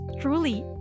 truly